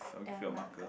the marker